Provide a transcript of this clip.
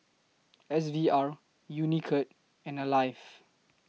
S V R Unicurd and Alive